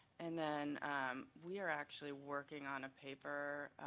and then we are actually working on a paper,